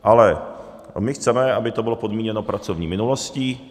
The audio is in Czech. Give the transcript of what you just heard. Ale my chceme, aby to bylo podmíněno pracovní minulostí.